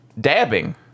Dabbing